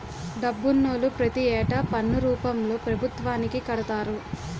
డబ్బునోళ్లు ప్రతి ఏటా పన్ను రూపంలో పభుత్వానికి కడతారు